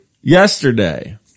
yesterday